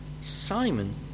Simon